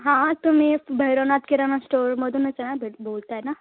हां तुम्ही भैरवनात किराणा स्टोरमधूनच आहे बेट बोलताय ना